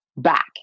back